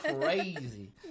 crazy